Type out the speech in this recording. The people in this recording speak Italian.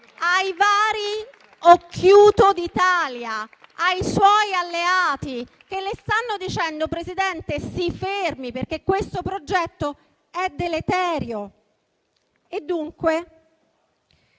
ai vari Occhiuto d'Italia, ai suoi alleati, che le stanno dicendo: Presidente, si fermi, perché questo progetto è deleterio. Lei